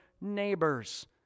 neighbors